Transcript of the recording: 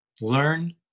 Learn